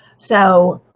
so